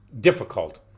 difficult